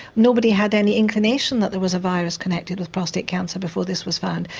nobody had any inclination that there was a virus connected with prostate cancer before this was found.